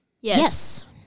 Yes